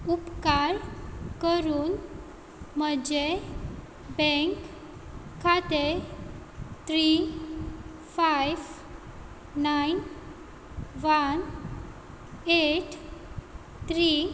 उपकार करून म्हजें बँक खातें three five nine one eight three